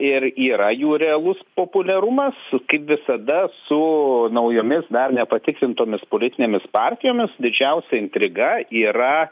ir yra jų realus populiarumas kaip visada su naujomis nepatikrintomis politinėmis partijomis didžiausia intriga yra